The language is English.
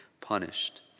punished